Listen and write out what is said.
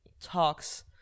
talks